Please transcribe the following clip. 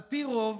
על פי רוב,